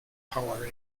power